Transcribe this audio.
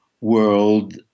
world